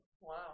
wow